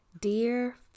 Dear